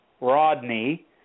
Rodney